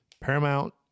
Paramount